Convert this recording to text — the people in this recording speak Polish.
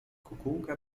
kukułka